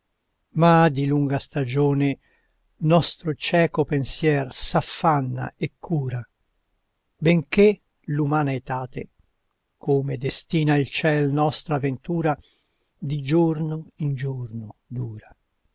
ma di lunga stagione nostro cieco pensier s'affanna e cura benché l'umana etate come destina il ciel nostra ventura di giorno in giorno dura